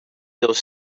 those